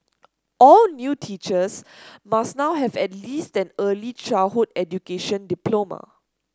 all new teachers must now have at least an early childhood education diploma